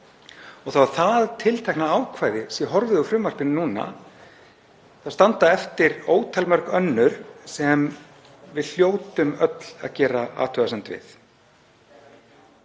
Þótt það tiltekna ákvæði sé horfið úr frumvarpinu núna standa eftir ótalmörg önnur sem við hljótum öll að gera athugasemd við.